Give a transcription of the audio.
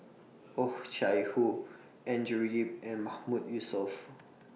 Oh Chai Hoo Andrew Yip and Mahmood Yusof